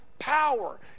power